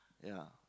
ya